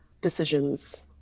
decisions